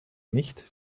nicht